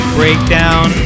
breakdown